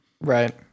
Right